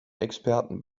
experten